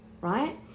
right